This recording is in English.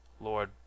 Lord